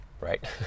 Right